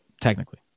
Technically